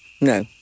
No